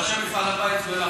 ראשי מפעל הפיס לא,